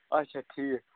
اچھا ٹھیک